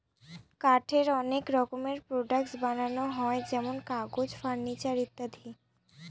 কাঠের অনেক রকমের প্রডাক্টস বানানো হয় যেমন কাগজ, ফার্নিচার ইত্যাদি